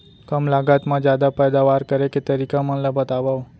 कम लागत मा जादा पैदावार करे के तरीका मन ला बतावव?